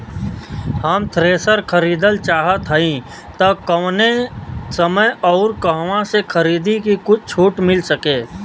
हम थ्रेसर खरीदल चाहत हइं त कवने समय अउर कहवा से खरीदी की कुछ छूट मिल सके?